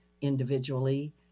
individually